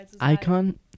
icon